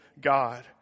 God